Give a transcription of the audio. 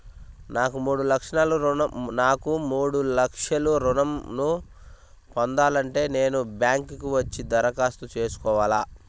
నాకు మూడు లక్షలు ఋణం ను పొందాలంటే నేను బ్యాంక్కి వచ్చి దరఖాస్తు చేసుకోవాలా?